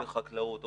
או לחקלאות,